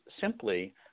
simply